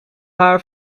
haar